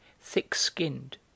thick-skinned